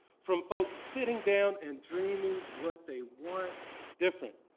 from folks sitting down and dreaming what they want different.